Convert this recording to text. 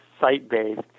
site-based